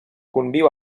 conviu